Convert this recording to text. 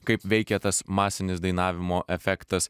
kaip veikia tas masinis dainavimo efektas